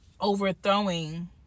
overthrowing